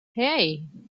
hey